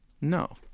No